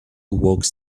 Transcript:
walks